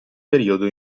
periodo